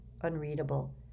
unreadable